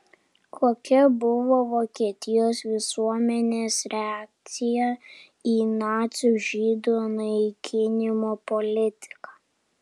kokia buvo vokietijos visuomenės reakcija į nacių žydų naikinimo politiką